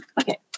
okay